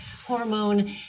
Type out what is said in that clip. hormone